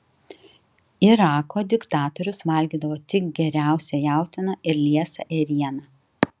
irako diktatorius valgydavo tik geriausią jautieną ir liesą ėrieną